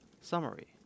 Summary